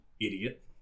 idiot